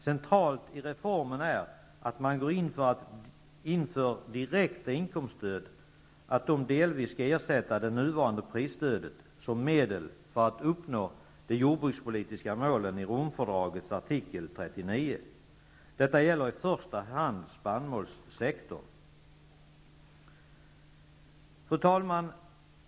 Centralt i reformen är att man går in för att direkta inkomststöd delvis skall ersätta det nuvarande prisstödet som medel för att uppnå de jordbrukspolitiska målen i Romfördragets artikel 39. Detta gäller i första hand spannmålssektorn. Fru talman!